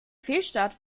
fehlstart